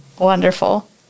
Wonderful